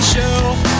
Show